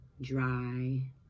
dry